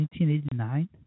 1989